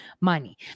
money